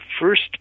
first